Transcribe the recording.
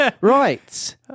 Right